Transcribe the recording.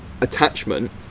attachment